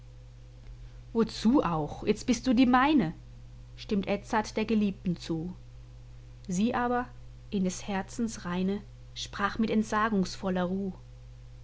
wozu auch jetzt bist du die meine stimmt edzard der geliebten zu sie aber in des herzens reine sprach mit entsagungsvoller ruh